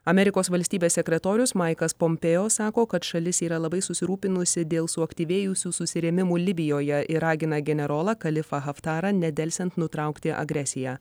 amerikos valstybės sekretorius maikas pompėjo sako kad šalis yra labai susirūpinusi dėl suaktyvėjusių susirėmimų libijoje ir ragina generolą kalifą haftarą nedelsiant nutraukti agresiją